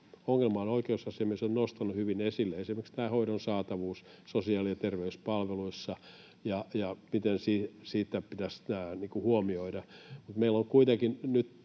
ongelmaan. Oikeusasiamies on nostanut hyvin esille esimerkiksi tämän hoidon saatavuuden sosiaali- ja terveyspalveluissa ja sen, miten sitä pitäisi huomioida.